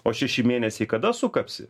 o šeši mėnesiai kada sukapsi